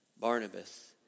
Barnabas